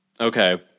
okay